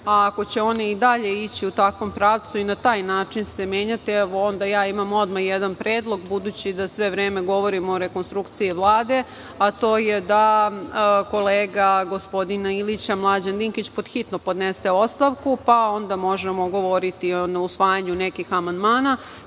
ako će one i dalje ići i takvom pravcu i na taj način se menjati, evo, onda imam odmah jedan predlog, budući da sve vreme govorimo o rekonstrukciji Vlade, a to je da kolega gospodina Ilića, Mlađan Dinkić, pod hitno podnese ostavku. Onda možemo govoriti o usvajanju nekih amandmana,